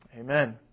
Amen